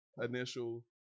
initial